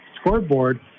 Scoreboard